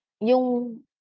Yung